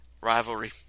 rivalry